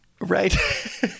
Right